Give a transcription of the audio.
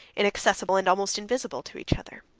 inaccessible, and almost invisible, to each other.